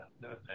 no